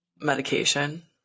medication